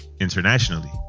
Internationally